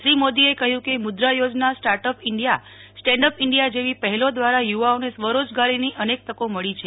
શ્રી મોદીએ કહયું કે Mudra Yojana startup India standup India જેવી પહેલો દવારા યુવ ાઓને સ્વરોજગારીનો અનેક તકો મળી છે